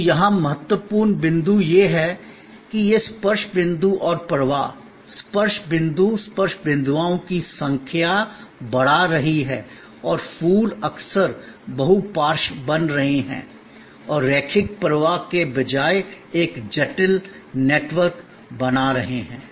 तो यहां महत्वपूर्ण बिंदु यह है कि यह स्पर्श बिंदु और प्रवाह स्पर्श बिंदु स्पर्श बिंदुओं की संख्या बढ़ रही है और फूल अक्सर बहु पार्श्व बन रहे हैं और रैखिक प्रवाह के बजाय एक जटिल नेटवर्क बना रहे हैं